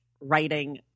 writing